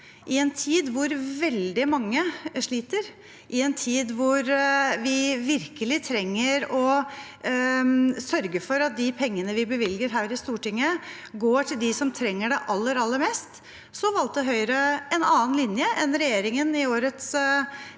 i en tid da veldig mange sliter, i en tid da vi virkelig trenger å sørge for at de pengene vi bevilger her i Stortinget, går til dem som trenger det aller, aller mest, valgte Høyre en annen linje enn regjeringen i årets